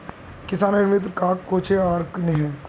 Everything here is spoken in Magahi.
किसानेर मित्र कहाक कोहचे आर कन्हे?